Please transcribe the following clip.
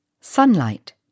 sunlight